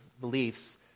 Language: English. beliefs